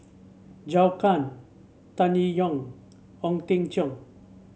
Zhou Can Tan Yee Hong Ong Teng Cheong